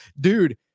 dude